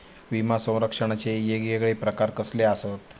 विमा सौरक्षणाचे येगयेगळे प्रकार कसले आसत?